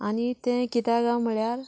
आनी ते कित्याक कांय म्हळ्यार